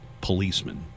policeman